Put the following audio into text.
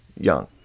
young